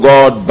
God